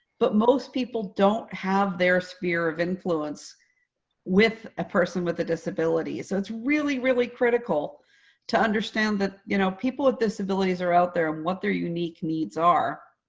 but most people don't have their sphere of influence with a person with a disability. so it's really, really critical to understand that you know people with disabilities are out there and what their unique needs are.